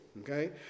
okay